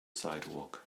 sidewalk